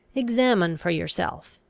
examine for yourself,